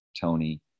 Tony